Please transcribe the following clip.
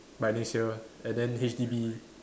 by next year and then H_D_B